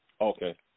Okay